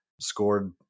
scored